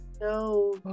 no